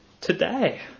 today